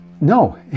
No